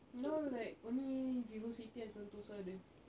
now like only vivocity and sentosa ada